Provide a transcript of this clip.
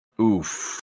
oof